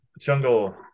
jungle